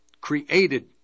Created